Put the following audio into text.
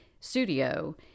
studio